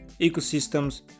ecosystems